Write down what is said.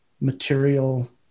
material